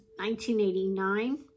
1989